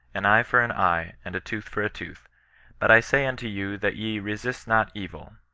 an eye for an eye, and a tooth for a tooth but i say unto you that ye resist not evil,